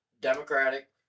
Democratic